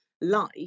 life